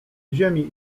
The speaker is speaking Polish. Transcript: ziemi